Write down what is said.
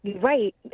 Right